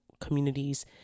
communities